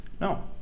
No